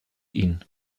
ihn